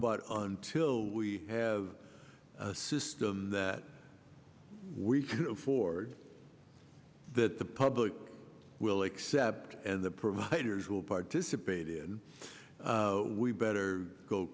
but until we have a system that we can forward that the public will accept and the providers will participate in we better go